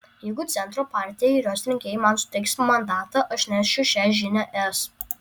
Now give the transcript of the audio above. jeigu centro partija ir jos rinkėjai man suteiks mandatą aš nešiu šią žinią es